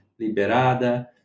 liberada